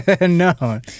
no